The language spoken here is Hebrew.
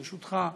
ברשותך,